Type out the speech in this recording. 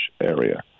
area